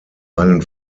einen